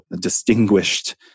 distinguished